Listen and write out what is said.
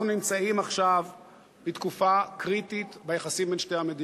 אנחנו נמצאים עכשיו בתקופה קריטית ביחסים בין שתי המדינות.